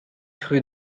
rue